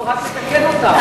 לא, רק לתקן אותה.